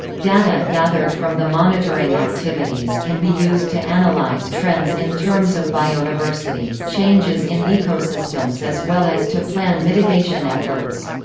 data gathered from the monitoring activities can be used to analyze trends in terms of biodiversity, changes in ecosystems as well as to plan mitigation efforts.